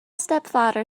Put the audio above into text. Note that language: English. stepfather